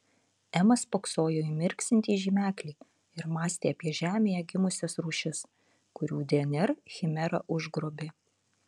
ema spoksojo į mirksintį žymeklį ir mąstė apie žemėje gimusias rūšis kurių dnr chimera užgrobė